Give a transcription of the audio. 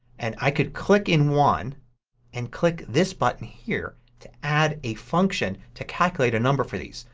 and i could click in one and click this button here to add a function to calculate a number for these.